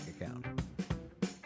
account